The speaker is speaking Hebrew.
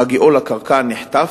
בהגיעו לקרקע נחטף,